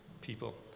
people